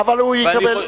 אבל אני מבקש,